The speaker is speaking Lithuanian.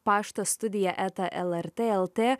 paštas studija eta lrt lt